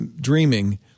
dreaming